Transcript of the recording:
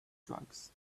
drugs